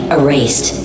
erased